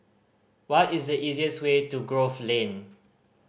what is the easiest way to Grove Lane